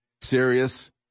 serious